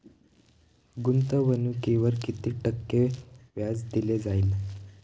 गुंतवणुकीवर किती टक्के व्याज दिले जाईल?